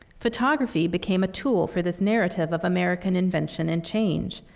photography became a tool for this narrative of american invention and change.